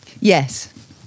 Yes